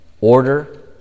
order